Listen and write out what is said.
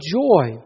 joy